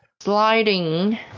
sliding